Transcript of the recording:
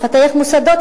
לפתח מוסדות,